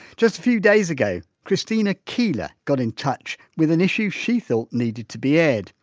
just a few days ago christina keiller got in touch with an issue she thought needed to be aired.